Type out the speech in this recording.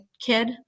kid